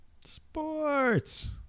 Sports